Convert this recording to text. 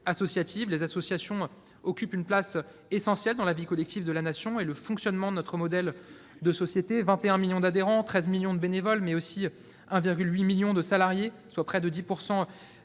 Les associations occupent une place essentielle dans la vie collective de la Nation et le fonctionnement de notre modèle de société. Avec 21 millions d'adhérents, 13 millions de bénévoles, mais aussi 1,8 million de salariés, soit près de 10